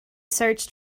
search